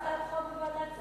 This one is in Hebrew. הצעת חוק בוועדת שרים,